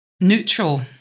neutral